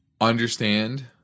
understand